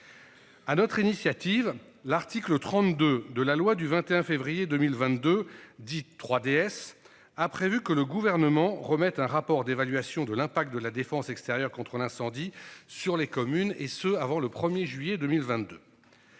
À notre initiative, l'article 32 de la loi du 21 février 2022, dite 3DS a prévu que le Gouvernement remette un rapport d'évaluation de l'impact de la défense extérieure contre l'incendie sur les communes et ce avant le 1er juillet 2022.